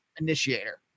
Initiator